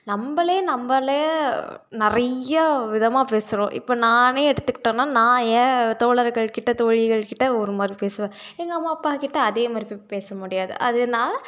நம்மளே நம்மளே நிறையா விதமாக பேசுகிறோம் இப்போ நானே எடுத்துக்கிட்டேன்னால் நான் என் தோழர்கள்கிட்ட தோழிகள்கிட்ட ஒரு மாதிரி பேசுவேன் எங்கள் அம்மா அப்பாக்கிட்டே அதே மாதிரி போய் பேசமுடியாது அதனால